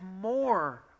more